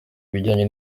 ibijyanye